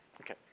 Okay